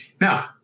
Now